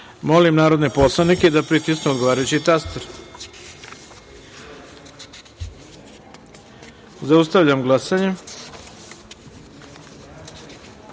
narodne poslanike da pritisnu odgovarajući taster. Zaustavljam glasanje: